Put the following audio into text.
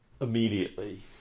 immediately